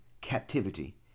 captivity